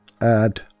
Add